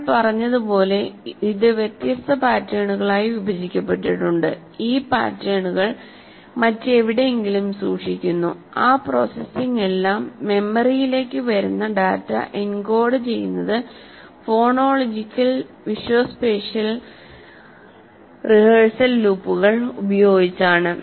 നമ്മൾ പറഞ്ഞതുപോലെ ഇത് വ്യത്യസ്ത പാറ്റേണുകളായി വിഭജിക്കപ്പെട്ടിട്ടുണ്ട് ഈ പാറ്റേണുകൾ മറ്റെവിടെയെങ്കിലും സൂക്ഷിക്കുന്നു ആ പ്രോസസ്സിംഗ് എല്ലാം മെമ്മറിയിലേക്ക് വരുന്ന ഡാറ്റ എൻകോഡുചെയ്യുന്നത് ഫോണോളജിക്കൽ വിഷ്വോസ്പേഷ്യൽ റിഹേഴ്സൽ ലൂപ്പുകൾ ഉപയോഗിച്ചാണ്